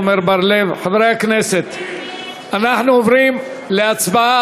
חברי הכנסת, אנחנו עוברים להצבעה.